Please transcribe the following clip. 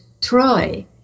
Troy